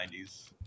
90s